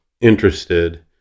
interested